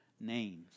Names